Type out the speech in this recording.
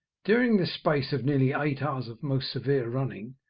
during this space of nearly eight hours of most severe running,